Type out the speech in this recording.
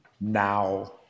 now